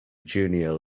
junior